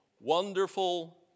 Wonderful